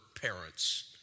parents